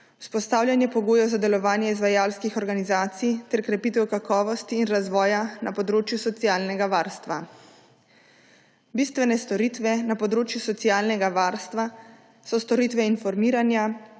vzpostavljanje pogojev za delovanje izvajalskih organizacij ter krepitev kakovosti in razvoja na področju socialnega varstva. Bistvene storitve na področju socialnega varstva so storitve informiranja,